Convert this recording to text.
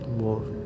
more